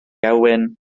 gewyn